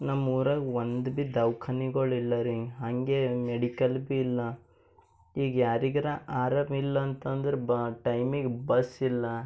ನಮ್ಮೂರಾಗ ಒಂದು ಭೀ ದವಖಾನಿಗಳಿಲ್ಲ ರೀ ಹಾಗೆ ಮೆಡಿಕಲ್ ಭೀ ಇಲ್ಲ ಈಗ ಯಾರಿಗಾರ ಆರಾಮಿಲ್ಲ ಅಂತಂದ್ರೆ ಬ ಟೈಮಿಗೆ ಬಸ್ ಇಲ್ಲ